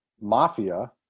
Mafia